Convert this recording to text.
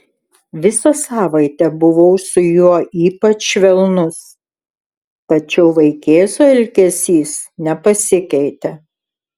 visą savaitę buvau su juo ypač švelnus tačiau vaikėzo elgesys nepasikeitė